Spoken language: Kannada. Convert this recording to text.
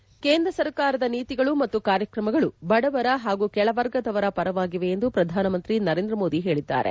ಮುಖ್ಯಾಂಶ ಕೇಂದ್ರ ಸರ್ಕಾರದ ನೀತಿಗಳು ಮತ್ತು ಕಾರ್ಯಕ್ರಮಗಳು ಬಡವರ ಹಾಗೂ ಕೆಳ ವರ್ಗದವರ ಪರವಾಗಿವೆ ಎಂದು ಪ್ರಧಾನಮಂತ್ರಿ ನರೇಂದ್ರ ಮೋದಿ ಹೇಳಿದ್ದಾರೆ